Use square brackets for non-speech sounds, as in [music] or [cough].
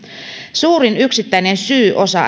suurin yksittäinen syy osa [unintelligible]